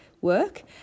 work